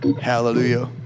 hallelujah